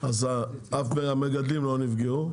אז המגדלים לא נפגעו,